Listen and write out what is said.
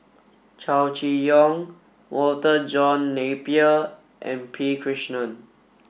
Chow Chee Yong Walter John Napier and P Krishnan